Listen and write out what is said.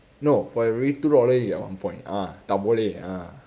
no for every two dollar you get one point ah tak boleh ah